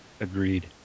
Agreed